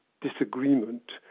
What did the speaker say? disagreement